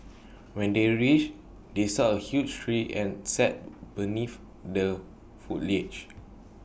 when they reached they saw A huge tree and sat beneath the foliage